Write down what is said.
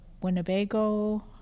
Winnebago